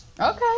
Okay